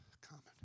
common